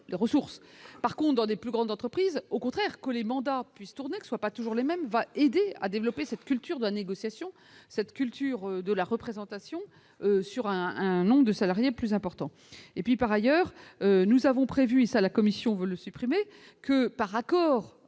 par dans des plus grandes entreprises au contraire que les mandats puisse tourner soit pas toujours les mêmes va aider à développer cette culture de négociation, cette culture de la représentation sur un un nombre de salariés plus important et puis par ailleurs, nous avons prévu, et ça, la Commission veut le supprimer que par accord